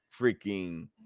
freaking